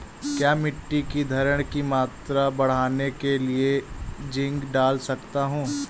क्या मिट्टी की धरण की मात्रा बढ़ाने के लिए जिंक डाल सकता हूँ?